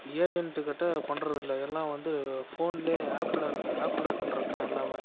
agent கிட்டே பண்ணுறதில்ல எல்லா வந்து ஃபோனிலே ஆப்பில் இருக்க ஆப்பில் பண்ணுறதுதான் எல்லாமே